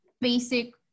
basic